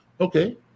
Okay